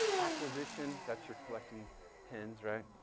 acquisition, that's your collecting pins, right,